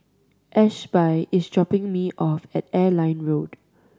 Ashby is dropping me off at Airline Road